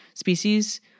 species